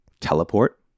teleport